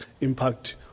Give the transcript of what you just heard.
impact